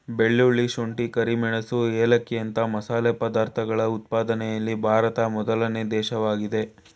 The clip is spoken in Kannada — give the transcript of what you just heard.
ಬೆಳ್ಳುಳ್ಳಿ, ಶುಂಠಿ, ಕರಿಮೆಣಸು ಏಲಕ್ಕಿಯಂತ ಮಸಾಲೆ ಪದಾರ್ಥಗಳ ಉತ್ಪಾದನೆಯಲ್ಲಿ ಭಾರತ ಮೊದಲನೇ ದೇಶವಾಗಿದೆ